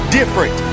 different